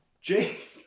Jake